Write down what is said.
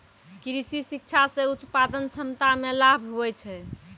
कृषि शिक्षा से उत्पादन क्षमता मे लाभ हुवै छै